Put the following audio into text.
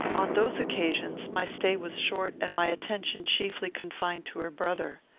on those occasions, my stay was short, and my attention chiefly confined to her brother.